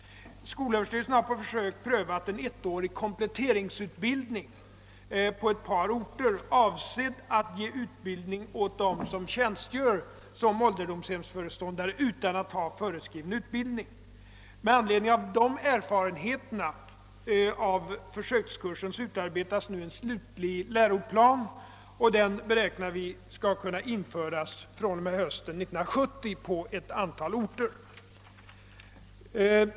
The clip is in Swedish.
Skolöverstyrelsen har på försök prövat en ettårig kompletteringskurs på ett par orter, avsedd att ge utbildning åt dem som tjänstgör som ålderdomshemsföreståndare utan att ha föreskriven utbildning. På grundval av erfarenheterna från denna försökskurs utarbetas nu en slutgiltig läroplan, som vi beräknar kunna införa på ett antal orter från och med hösten 1970.